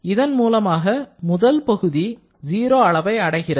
இதன் மூலமாக முதல் பகுதி 0 அளவை அடைகிறது